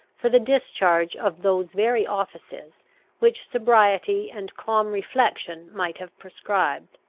for the discharge of those very offices which sobriety and calm reflection might have prescribed.